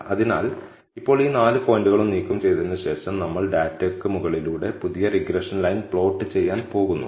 അതിനാൽ ഇപ്പോൾ ഈ നാല് പോയിന്റുകളും നീക്കം ചെയ്തതിന് ശേഷം നമ്മൾ ഡാറ്റയ്ക്ക് മുകളിലൂടെ പുതിയ റിഗ്രഷൻ ലൈൻ പ്ലോട്ട് ചെയ്യാൻ പോകുന്നു